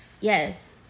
Yes